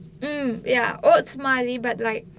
hmm ya oats likely but like